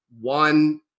one